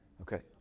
Okay